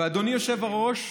ואדוני היושב-ראש,